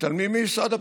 מתעלמים ממשרד הביטחון.